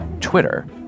Twitter